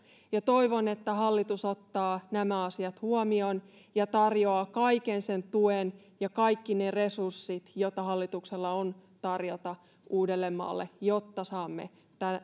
ja toivon että hallitus ottaa nämä asiat huomioon ja tarjoaa kaiken sen tuen ja kaikki ne resurssit joita hallituksella on tarjota uudellemaalle jotta saamme